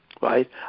Right